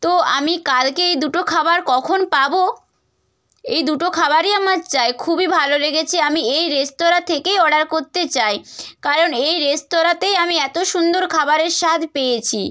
তো আমি কালকে এই দুটো খাবার কখন পাবো এই দুটো খাবারই আমার চাই খুবই ভালো লেগেছে আমি এই রেস্তোরাঁ থেকেই অর্ডার করতে চাই কারণ এই রেস্তোরাঁতেই আমি এতো সুন্দর খাবারের স্বাদ পেয়েছি